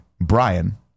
Brian